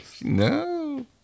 No